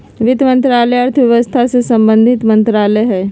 वित्त मंत्रालय अर्थव्यवस्था से संबंधित मंत्रालय हइ